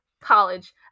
college